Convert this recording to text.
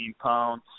pounds